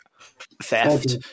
theft